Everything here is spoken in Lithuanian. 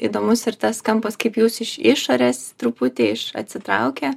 įdomus ir tas kampas kaip jūs iš išorės truputį iš atsitraukę